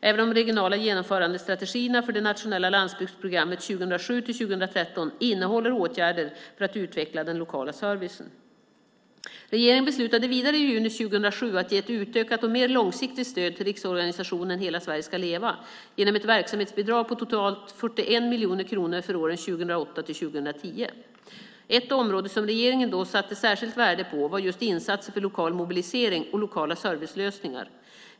Även de regionala genomförandestrategierna för det nationella landsbygdsprogrammet 2007-2013 innehåller åtgärder för att utveckla den lokala servicen. Regeringen beslutade vidare i juni 2007 att ge ett utökat och mer långsiktigt stöd till Riksorganisationen Hela Sverige ska leva genom ett verksamhetsbidrag på totalt 41 miljoner för åren 2008-2010. Ett område som regeringen då satte särskilt värde på var just insatser för lokal mobilisering och lokala servicelösningar.